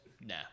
nah